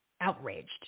outraged